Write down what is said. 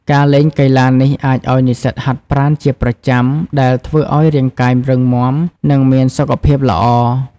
ការលេងកីឡានេះអាចឱ្យនិស្សិតហាត់ប្រាណជាប្រចាំ ដែលធ្វើឱ្យរាងកាយរឹងមាំ និងមានសុខភាពល្អ។